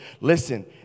Listen